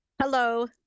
hello